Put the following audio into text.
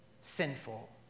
sinful